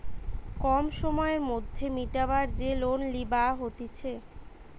কম সময়ের মধ্যে মিটাবার যে লোন লিবা হতিছে